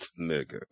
Nigga